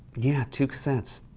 yeah, two cassettes.